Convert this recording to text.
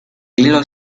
hilo